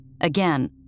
Again